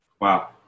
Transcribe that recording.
Wow